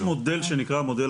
יש מודל שנקרא המודל